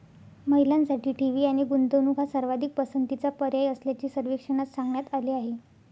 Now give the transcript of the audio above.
महिलांसाठी ठेवी आणि गुंतवणूक हा सर्वाधिक पसंतीचा पर्याय असल्याचे सर्वेक्षणात सांगण्यात आले आहे